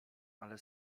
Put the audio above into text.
ale